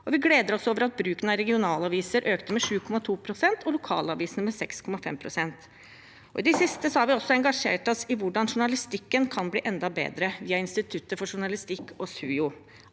vi gleder oss over at bruken av regionalaviser økte med 7,2 pst. og bruken av lokalaviser med 6,5 pst. I det siste har vi også engasjert oss i hvordan journalistikken kan bli enda bedre, via Institutt for journalistikk og Senter